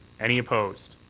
any opposed?